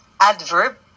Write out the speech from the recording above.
adverb